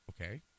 Okay